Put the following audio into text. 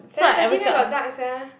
seven thirty where got dark sia